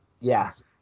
yes